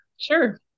Sure